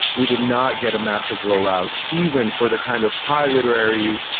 we did not get a massive roll out even for the kind of high literary